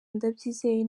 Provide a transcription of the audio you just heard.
ndabyizeye